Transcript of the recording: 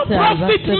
profit